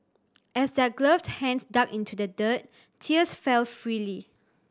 as their gloved hands dug into the dirt tears fell freely